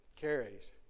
carries